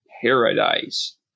paradise